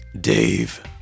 Dave